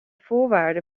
voorwaarde